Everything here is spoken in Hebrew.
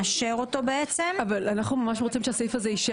אבל אנחנו ממש רוצים שהסעיף הזה יישאר.